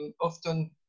often